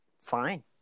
fine